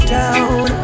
down